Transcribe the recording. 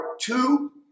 two